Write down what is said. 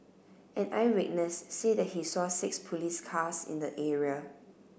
an eyewitness said that he saw six police cars in the area